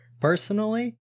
personally